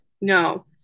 No